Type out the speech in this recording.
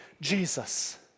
Jesus